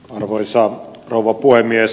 arvoisa rouva puhemies